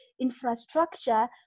infrastructure